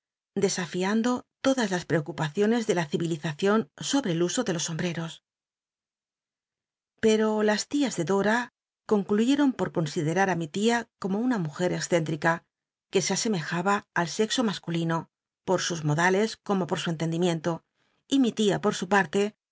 desafiando tod í las ptcocupaciones de la ci ilizacion sobre el uso de los wmbreros pero las lias de nota concluyeton pot considerar ti mi tia como una mujer escénlrica rjilc se asemejaba al sexo masculino pot sus moda les como por su entendimiento y mi tia t ot su parle